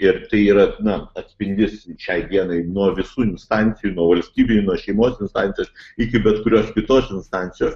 ir tai yra na atspindys šiai dienai nuo visų instancijų nuo valstybinių nuo šeimos instancijos iki bet kurios kitos instancijos